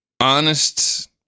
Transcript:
honest